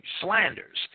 slanders